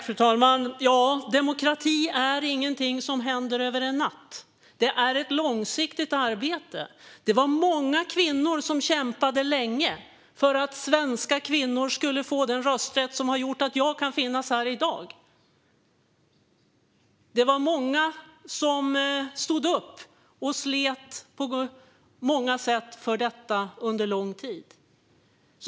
Fru talman! Demokrati är ingenting som händer över en natt. Det är ett långsiktigt arbete. Det var många kvinnor som kämpade länge för att svenska kvinnor skulle få den rösträtt som har gjort att jag kan finnas här i dag. Det var många som stod upp och slet på många sätt för detta under lång tid.